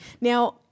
Now